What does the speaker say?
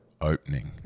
opening